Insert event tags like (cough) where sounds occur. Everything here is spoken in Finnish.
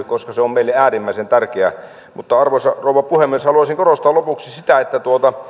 (unintelligible) koska se on meille äärimmäisen tärkeää mutta arvoisa rouva puhemies haluaisin korostaa lopuksi sitä että